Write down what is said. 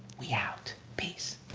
we out. peace.